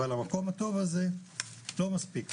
אבל המקום הטוב הזה לא מספיק טוב,